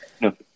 no